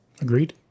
Agreed